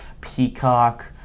Peacock